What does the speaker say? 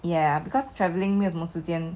ya because traveling 没有什么时间